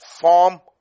form